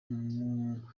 umunyarwenya